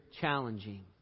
challenging